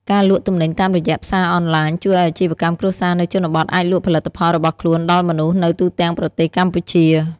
ការលក់ទំនិញតាមរយៈផ្សារអនឡាញ ជួយឱ្យអាជីវកម្មគ្រួសារនៅជនបទអាចលក់ផលិតផលរបស់ខ្លួនដល់មនុស្សនៅទូទាំងប្រទេសកម្ពុជា។